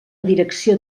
direcció